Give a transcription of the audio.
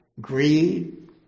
greed